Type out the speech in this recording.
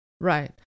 Right